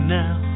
now